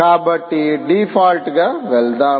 కాబట్టి డిఫాల్ట్గా వెళ్దాం